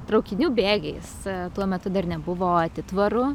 traukinių bėgiais tuo metu dar nebuvo atitvarų